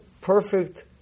perfect